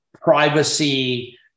privacy